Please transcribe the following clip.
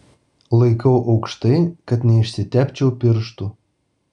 laikau aukštai kad neišsitepčiau pirštų